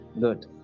good